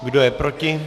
Kdo je proti?